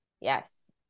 Yes